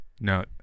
No